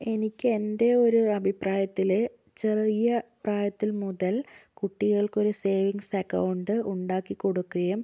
എനിക്ക് എൻ്റെ ഒരു അഭിപ്രായത്തിൽ ചെറിയ പ്രായത്തിൽ മുതൽ കുട്ടികൾക്ക് ഒരു സേവിങ്സ് അക്കൗണ്ട് ഉണ്ടാക്കി കൊടുക്കുകയും